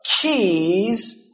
keys